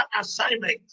assignment